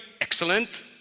excellent